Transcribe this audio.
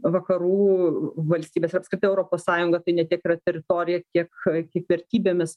vakarų valstybėse apskritai europos sąjunga tai ne tiek yra teritorija kiek kiek vertybėmis